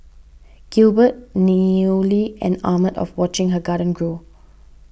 Gilbert newly enamoured of watching her garden grow